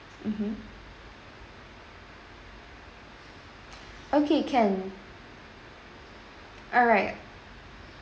mmhmm okay can alright